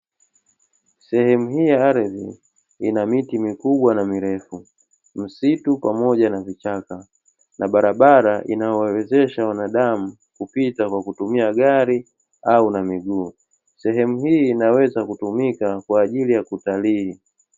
Sehemu hii ya ardhi ina miti mikubwa na mirefu, msitu pamoja na vichaka na barabara inayowawezesha wanadamu kupita kwa kutumia gari au na miguu, sehemu hii inaweza kutumika kwa ajili ya kutalii.